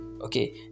Okay